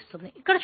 ఇక్కడ చూద్దాం